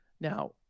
Now